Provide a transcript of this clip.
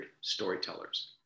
storytellers